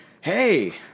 hey